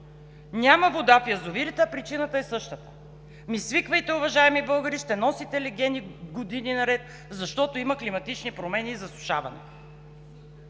няма вода в язовирите, а причината е същата. Ами, свиквайте, уважаеми българи, ще носите легени години наред, защото има климатични промени и засушаване!